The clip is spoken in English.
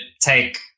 take